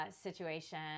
situation